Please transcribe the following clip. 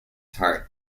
heart